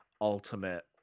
ultimate